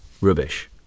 rubbish